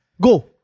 Go